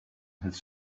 his